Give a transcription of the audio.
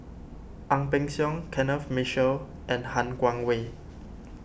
Ang Peng Siong Kenneth Mitchell and Han Guangwei